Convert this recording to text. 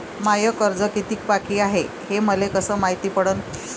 माय कर्ज कितीक बाकी हाय, हे मले कस मायती पडन?